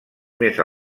més